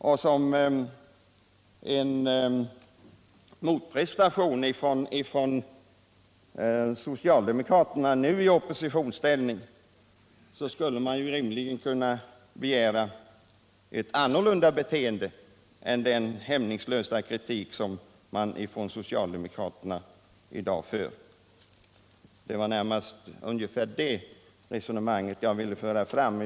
Såsom en motprestation från socialdemokraterna i oppositionsställning skulle man kunna begära ett annorlunda beteende än den hämningslösa kritik som de i dag anför. Det var detta resonemang som jag ville föra fram.